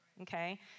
okay